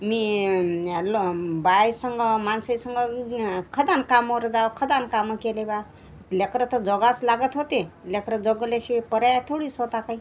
मी यालो बायसंग माणसेसंग खदान कामावर जाव खदान कामं केले बा लेकरं तर जगावंच लागत होते लेकरं जगवल्याशिवाय पर्याय थोडीच होता काही